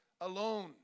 alone